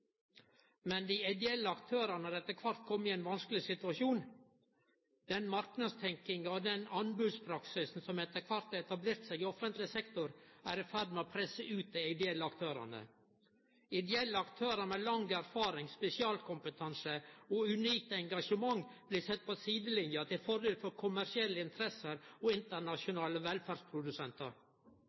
Men dei ideelle aktørane har etter kvart kome i ein vanskeleg situasjon. Den marknadstenkinga og den anbodspraksisen som etter kvart har etablert seg i offentleg sektor, er i ferd med å presse ut dei ideelle aktørane. Ideelle aktørar med lang erfaring, spesialkompetanse og unikt engasjement blir sette på sidelinja til fordel for kommersielle interesser og internasjonale